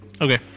Okay